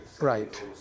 Right